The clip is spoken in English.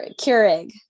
keurig